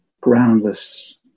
groundless